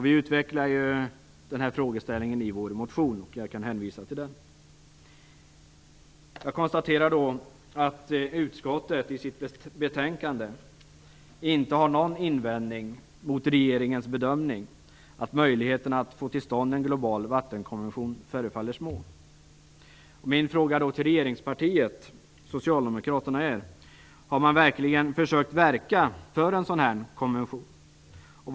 Vi utvecklar denna frågeställning i vår motion, som jag hänvisar till. Jag konstaterar att utskottet i sitt betänkande inte har någon invändning mot regeringens bedömning att möjligheterna att få till stånd en global vattenkonvention förefaller små. Min fråga till regeringspartiet Socialdemokraterna är: Har ni verkligen försökt att verka för en sådan här konvention?